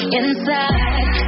inside